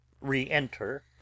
Re-enter